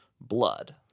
blood